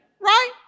Right